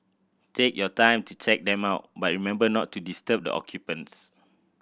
take your time to check them out but remember not to disturb the occupants